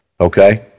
okay